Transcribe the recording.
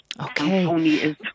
Okay